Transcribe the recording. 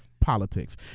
politics